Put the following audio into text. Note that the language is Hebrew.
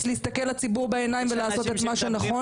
להסתכל לציבור בעיניים ולעשות את מה שנכון.